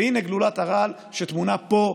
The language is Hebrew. והינה גלולת הרעל שטמונה פה,